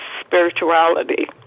spirituality